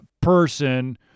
person